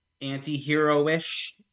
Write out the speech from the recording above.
anti-hero-ish